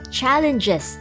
challenges